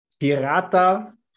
pirata